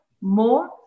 more